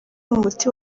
umuti